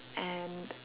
and